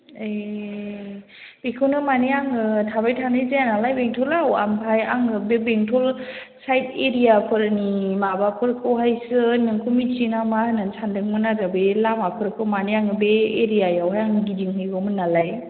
ए बेखौनो माने आङो थाबाय थानाय जाया नालाय बेंटलाव ओमफ्राय आङो बे बेंटल सायद एरियाफोरनि माबाफोरखौ हायसो नोंखौ मिथियो नामा होननानै सानदोंमोन आरो बे लामाफोरखौ माने आङो बे एरियायावहाय आं गिदिंहैगौमोन नालाय